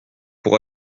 pour